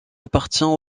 appartient